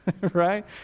right